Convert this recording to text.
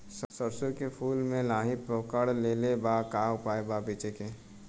सरसों के फूल मे लाहि पकड़ ले ले बा का उपाय बा बचेके?